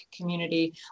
community